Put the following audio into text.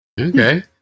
Okay